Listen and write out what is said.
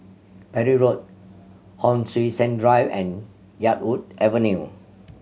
Parry Road Hon Sui Sen Drive and Yarwood Avenue